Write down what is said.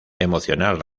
emocional